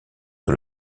sur